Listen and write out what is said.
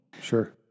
Sure